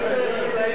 איזו רכילות.